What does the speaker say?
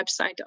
website